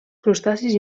crustacis